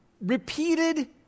repeated